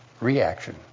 reaction